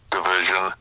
Division